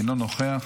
אינו נוכח,